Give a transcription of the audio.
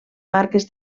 marques